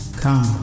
come